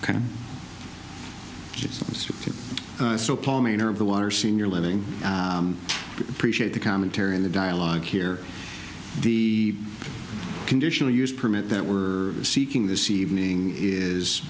the water senior living appreciate the commentary in the dialogue here the conditional use permit that we're seeking this evening is